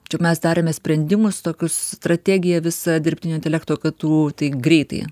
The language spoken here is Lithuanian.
čia mes darėme sprendimus tokius strategija visa dirbtinio intelekto ktu taip greitai